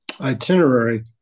itinerary